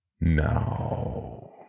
Now